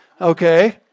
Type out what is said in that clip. Okay